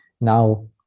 now